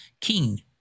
King